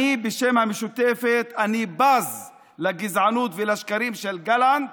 בשם המשותפת, אני בז לגזענות ולשקרים של גלנט.